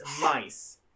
mice